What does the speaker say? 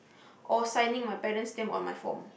or signing my parent's name on the form